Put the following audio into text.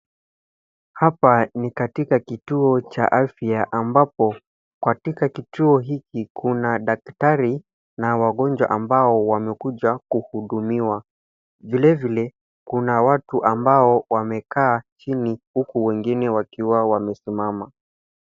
Hapa ni katika kituo cha afya ambapo katika kituo hiki kuna daktari na wagonjwa ambao wamekuja kuhudumiwa. Vile vile, kuna watu ambao wamekaa chini, huku wengine wakiwa wamesimama.